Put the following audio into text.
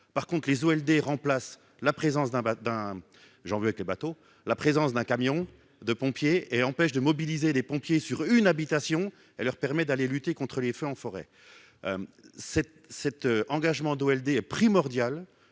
d'un j'en veux avec les la présence d'un camion de pompier et empêche de mobiliser les pompiers sur une habitation, elle leur permet d'aller lutter contres les feux en forêt cet cet engagement d'LD est primordial,